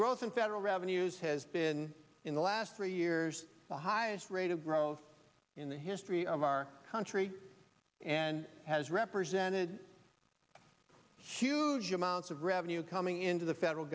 growth in federal revenues has been in the last three years the highest rate of growth in the history of our country and has represented huge amounts of revenue coming into the federal